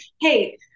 hey